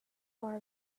bar